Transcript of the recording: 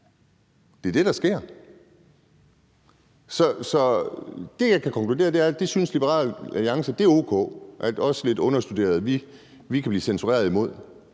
Det er det, der sker. Så det, jeg kan konkludere, er, at det synes Liberal Alliance er o.k. Os, der er lidt understuderede, kan blive censureret, fordi